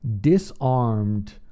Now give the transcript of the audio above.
disarmed